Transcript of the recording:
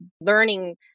learning